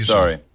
Sorry